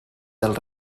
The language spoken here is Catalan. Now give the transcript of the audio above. del